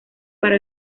para